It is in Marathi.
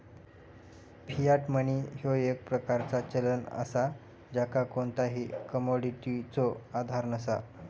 फियाट मनी ह्यो एक प्रकारचा चलन असा ज्याका कोणताही कमोडिटीचो आधार नसा